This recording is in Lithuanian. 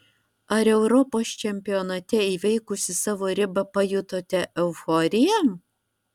ar europos čempionate įveikusi savo ribą pajutote euforiją